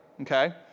okay